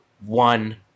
one